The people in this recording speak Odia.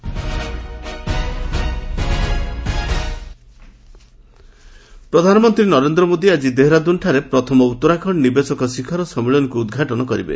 ପିଏମ୍ ଉତ୍ତରାଖଣ୍ଡ ପ୍ରଧାନମନ୍ତ୍ରୀ ନରେନ୍ଦ୍ର ମୋଦି ଆଜି ଦେହରାଦୁନ୍ଠାରେ ପ୍ରଥମ ଉତ୍ତରାଖଣ୍ଡ ନିବେଶକ ଶିଖର ସମ୍ମିଳନୀକୁ ଉଦ୍ଘାଟନ କରିବେ